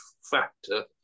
factor